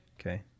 okay